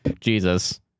Jesus